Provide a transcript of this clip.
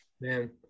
man